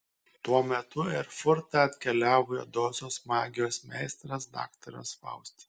tuo metu į erfurtą atkeliavo juodosios magijos meistras daktaras faustas